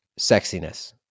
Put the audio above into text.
sexiness